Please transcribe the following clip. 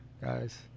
guys